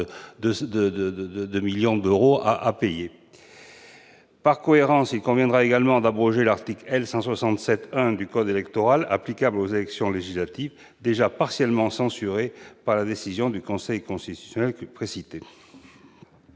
millions d'euros ... Par cohérence, il conviendra également d'abroger l'article L. 167-1 du code électoral applicable aux élections législatives, lequel a déjà été partiellement censuré par la décision du Conseil constitutionnel précitée.